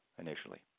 initially